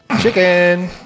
Chicken